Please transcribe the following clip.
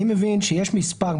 אני מבין שיש מספר,